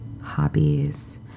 hobbies